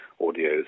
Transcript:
audio